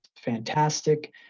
fantastic